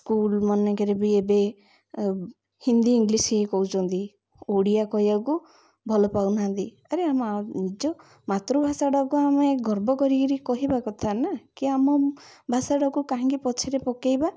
ସ୍କୁଲ୍ମାନଙ୍କରେ ବି ଏବେ ହିନ୍ଦୀ ଇଂଲିଶ୍ ଇଏ କହୁଛନ୍ତି ଓଡ଼ିଆ କହିବାକୁ ଭଲ ପାଉନାହାନ୍ତି ଆରେ ଆମ ନିଜ ମାତୃଭାଷାଟାକୁ ଆମେ ଗର୍ବ କରିକିରି କହିବା କଥା ନା କି ଆମ ଭାଷାଟାକୁ କାହିଁକି ପଛରେ ପକାଇବା